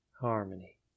harmony